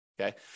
okay